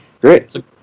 Great